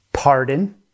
pardon